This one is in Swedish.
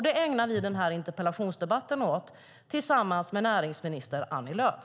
Det ägnar vi interpellationsdebatten åt tillsammans med näringsminister Annie Lööf.